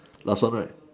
last one right